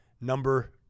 number